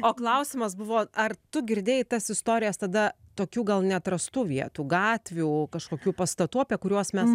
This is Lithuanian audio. o klausimas buvo ar tu girdėjai tas istorijas tada tokių gal neatrastų vietų gatvių kažkokių pastatų apie kuriuos mes